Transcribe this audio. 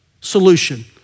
solution